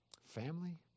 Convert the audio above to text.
family